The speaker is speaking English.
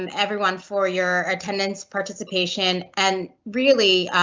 and everyone for your attendance, participation, and really